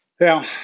Now